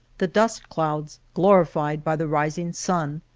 the dust clouds, glorified by the rising sun,